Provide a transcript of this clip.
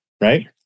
right